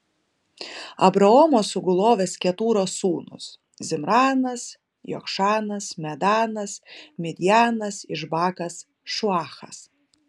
abraomo sugulovės ketūros sūnūs zimranas jokšanas medanas midjanas išbakas šuachas